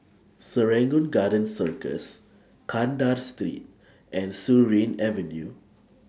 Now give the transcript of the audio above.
Serangoon Garden Circus Kandahar Street and Surin Avenue